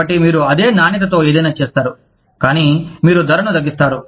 కాబట్టి మీరు అదే నాణ్యతతో ఏదైనా చేస్తారు కానీ మీరు ధరను తగ్గిస్తారు